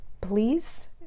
please